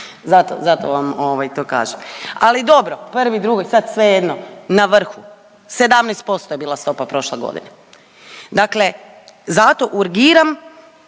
Zato vam to kažem. Ali dobro prvi, drugi, sad svejedno na vrhu. 17% je bila stopa prošle godine. Dakle, zato urgiram